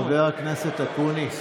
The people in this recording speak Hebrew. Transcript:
בעיניכם,